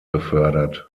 befördert